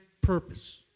purpose